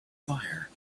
fire